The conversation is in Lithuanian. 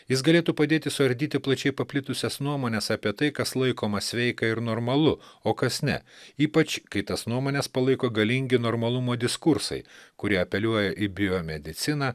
jis galėtų padėti suardyti plačiai paplitusias nuomones apie tai kas laikoma sveika ir normalu o kas ne ypač kai tas nuomones palaiko galingi normalumo diskursai kurie apeliuoja į biomediciną